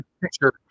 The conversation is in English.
picture